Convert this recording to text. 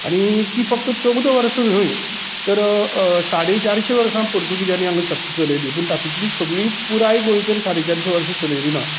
आनी तीं फक्त चवदा वर्सां न्हय तर साडे चारशीं वर्सां पुर्तूगीजानी हांगा सत्ता चलयली पुण तातूंतली सगळी पुराय गोंयचेर साडे चारशीं वर्सां चलयली ना